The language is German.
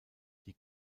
die